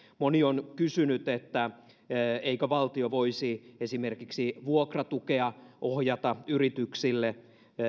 moni on kysynyt eikö valtio voisi esimerkiksi vuokratukea ohjata yrityksille